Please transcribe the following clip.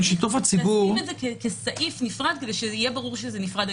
לשים את זה כסעיף נפרד שיהיה ברור שזה נפרד.